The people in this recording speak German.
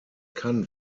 kann